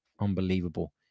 unbelievable